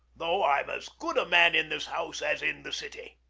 though i'm as good a man in this house as in the city.